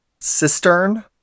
cistern